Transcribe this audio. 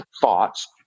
thoughts